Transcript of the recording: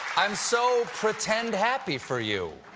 i'm so pretend happy for you.